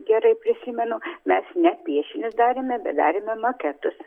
gerai prisimenu mes ne piešinius darėme bet darėme maketus